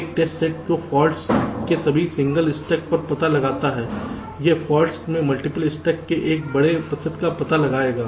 एक test set जो faults में सभी सिंगल स्टक का पता लगाता है यह फॉल्ट्स में मल्टीपल स्टक के एक बड़े प्रतिशत का पता भी लगाएगा